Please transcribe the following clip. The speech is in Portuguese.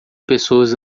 pessoas